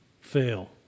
fail